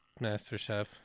MasterChef